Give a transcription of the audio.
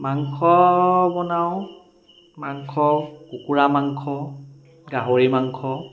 মাংস বনাওঁ মাংস কুকুৰা মাংস গাহৰি মাংস